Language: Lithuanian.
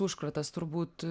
užkratas turbūt